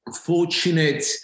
fortunate